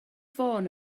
ffôn